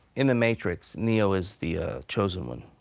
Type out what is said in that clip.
in the matrix, neo is the chosen one.